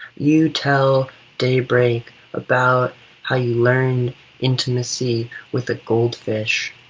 you tell daybreak about how you learned intimacy with a goldfish,